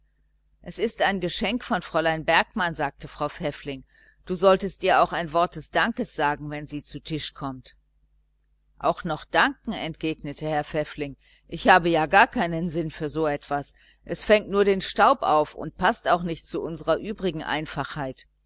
es ist ein geschenk von fräulein bergmann sagte frau pfäffling du solltest ihr auch ein wort des dankes sagen wenn sie zu tisch kommt auch noch danken entgegnete herr pfäffling ich habe ja gar keinen sinn für so etwas es fängt nur den staub auf und stimmt auch nicht zu unserer übrigen einfachheit